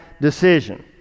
decision